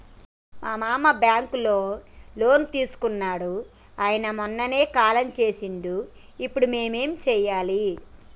మా మామ బ్యాంక్ లో లోన్ తీసుకున్నడు అయిన మొన్ననే కాలం చేసిండు ఇప్పుడు మేం ఏం చేయాలి?